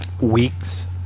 weeks